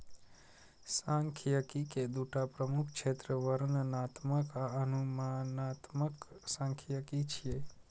सांख्यिकी के दूटा प्रमुख क्षेत्र वर्णनात्मक आ अनुमानात्मक सांख्यिकी छियै